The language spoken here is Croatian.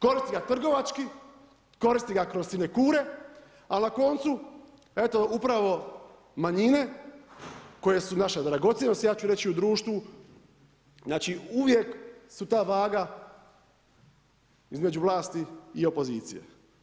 Koristi ga trgovački, koristi ga kroz sinekure ali na koncu eto upravo manjine koje su naša dragocjenost ja ću reći i u društvu, znači uvijek su ta vaga između vlasti i opozicije.